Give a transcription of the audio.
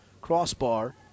crossbar